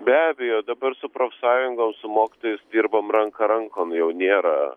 be abejo dabar su profsąjungom su mokytojais dirbom ranka rankon jau nėra